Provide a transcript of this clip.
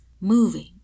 moving